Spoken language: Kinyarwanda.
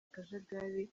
akajagari